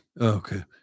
Okay